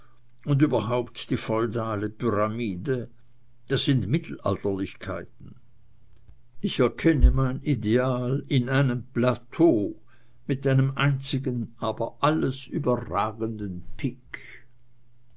und überhaupt die feudale pyramide das sind mittelalterlichkeiten ich erkenne mein ideal in einem plateau mit einem einzigen aber alles überragenden pic